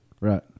Right